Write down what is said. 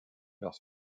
leurs